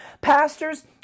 pastors